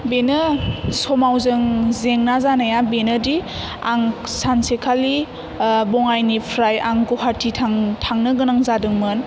बेनो समाव जों जेंना जानाया बेनोदि आं सानसेखालि बङाइनिफ्राय आं गुवाहाटि थां थांनो गोनां जादोंमोन